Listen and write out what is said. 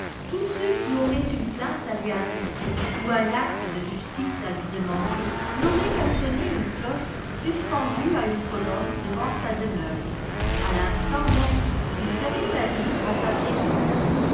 tous ceux qui auraient une plainte à lui adresser ou un acte de justice à lui demander n'auraient qu'à sonner une cloche suspendue à une colonne devant sa demeure à l'instant même ils seraient admis en sa présence